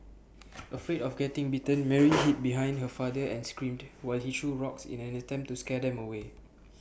afraid of getting bitten Mary hid behind her father and screamed while he threw rocks in an attempt to scare them away